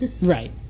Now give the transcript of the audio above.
Right